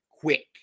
quick